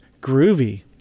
groovy